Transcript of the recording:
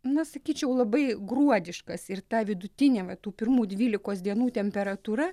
na sakyčiau labai gruodiškas ir ta vidutinė va tų pirmų dvylikos dienų temperatūra